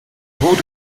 wut